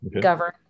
govern